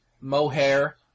Mohair